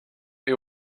est